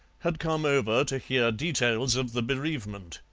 had come over to hear details of the bereavement.